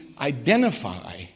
identify